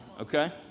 okay